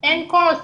אין כוס.